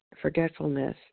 forgetfulness